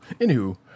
anywho